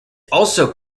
also